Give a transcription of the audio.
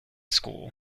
school